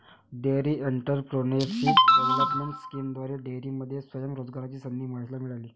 dairy entrepreneurship development स्कीमद्वारे डेअरीमध्ये स्वयं रोजगाराची संधी महेशला मिळाली